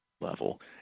level